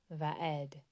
vaed